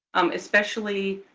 especially